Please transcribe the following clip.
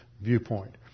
viewpoint